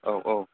औ औ